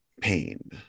pain